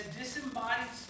disembodied